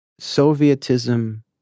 Sovietism